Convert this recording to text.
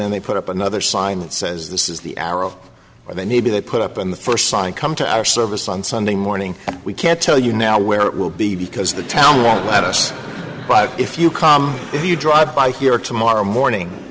then they put up another sign that says this is the hour of where they need to they put up on the first sign come to our service on sunday morning we can't tell you now where it will be because the town won't let us but if you come if you drive by here tomorrow morning